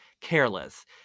careless